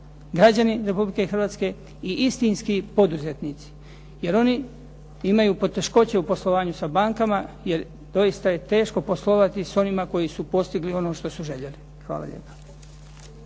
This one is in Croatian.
građani Republike Hrvatske i istinski poduzetnici, jer oni imaju poteškoće u poslovanju sa bankama jer doista je teško poslovati s onima koji su postigli ono što su željeli. Hvala lijepa.